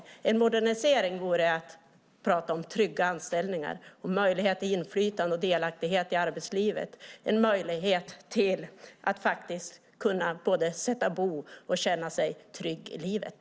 Det vore en modernisering att prata om trygga anställningar, möjlighet till inflytande och delaktighet i arbetslivet och en möjlighet att sätta bo och känna sig trygg i livet.